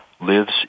lives